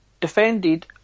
defended